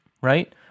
right